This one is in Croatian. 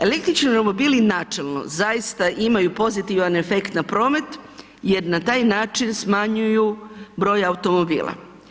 Električni romobili načelno zaista imaju pozitivan efekt na promet jer na taj način smanjuju broj automobila.